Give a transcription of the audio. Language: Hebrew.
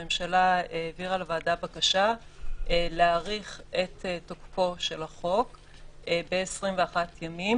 הממשלה העבירה לוועדה בקשה להאריך את תוקפו של החוק ב-21 ימים,